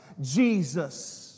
Jesus